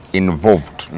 involved